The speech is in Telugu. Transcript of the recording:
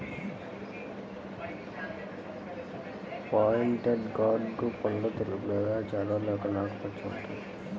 పాయింటెడ్ గార్డ్ పండ్లు తెలుపు లేదా చారలు లేకుండా ఆకుపచ్చగా ఉంటాయి